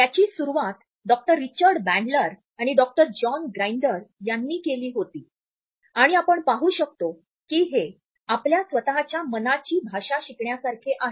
त्याची सुरुवात doctor Richard Bandler आणि डॉक्टर जॉन ग्राइंडर यांनी केली होती आणि आपण पाहू शकतो की हे आपल्या स्वतःच्या मनाची भाषा शिकण्यासारखे आहे